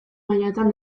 mailatan